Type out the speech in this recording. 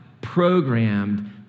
programmed